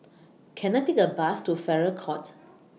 Can I Take A Bus to Farrer Court